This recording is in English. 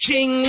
King